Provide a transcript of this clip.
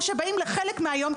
או שבאים לחלק מהיום,